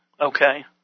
Okay